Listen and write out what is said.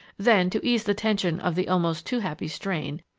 then, to ease the tension of the almost too happy strain,